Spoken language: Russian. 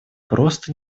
просто